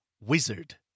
wizard